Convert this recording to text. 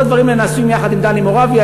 כל הדברים האלה נעשים יחד עם דני מורביה,